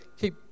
keep